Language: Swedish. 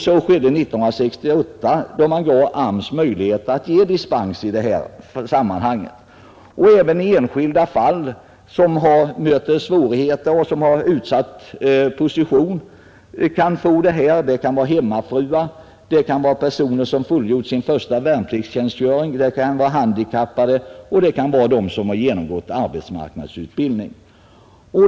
Så skedde 1968, då man gav AMS möjlighet att ge dispens i detta sammanhang. Även i enskilda fall när det gäller människor som har mött svårigheter eller har en utsatt position kan bidrag utgå. Det kan gälla hemmafruar, personer som har fullgjort sin första värnpliktstjänstgöring, handikappade och dem som har genomgått arbetsmarknadsutbildning.